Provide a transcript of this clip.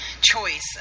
choice